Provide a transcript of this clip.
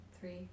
three